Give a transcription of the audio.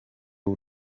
w’u